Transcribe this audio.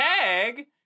tag